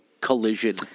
collision